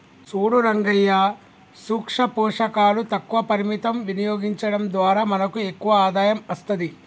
సూడు రంగయ్యా సూక్ష పోషకాలు తక్కువ పరిమితం వినియోగించడం ద్వారా మనకు ఎక్కువ ఆదాయం అస్తది